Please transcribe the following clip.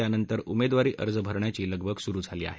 त्यानंतर उमेदवारी अर्ज भरण्याची लगबग सुरू झाली आहे